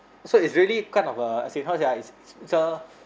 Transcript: so it's really kind of a as in how to say ah it~ it's a